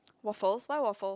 waffles why waffles